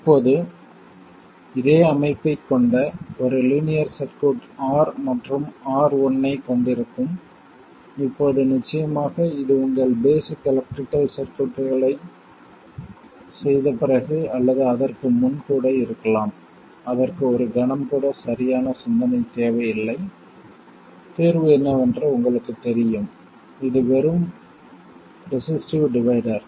இப்போது இதே அமைப்பைக் கொண்ட ஒரு லீனியர் சர்க்யூட் R மற்றும் R1 ஐக் கொண்டிருக்கும் இப்போது நிச்சயமாக இது உங்கள் பேஸிக் எலக்ட்ரிகல் சர்க்யூட்களைச் செய்த பிறகு அல்லது அதற்கு முன் கூட இருக்கலாம் அதற்கு ஒரு கணம் கூட சரியான சிந்தனை தேவையில்லை தீர்வு என்னவென்று உங்களுக்குத் தெரியும் இது வெறும் ரெசிஸ்டிவ் டிவைடர்